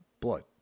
blood